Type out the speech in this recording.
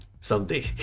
someday